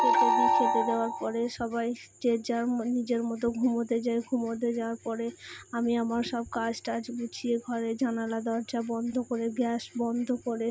খেতে দিই খেতে দেওয়ার পরে সবাই যে যার নিজের মতো ঘুমোতে যায় ঘুমোতে যাওয়ার পরে আমি আমার সব কাজ টাজ গুছিয়ে ঘরে জানালা দরজা বন্ধ করে গ্যাস বন্ধ করে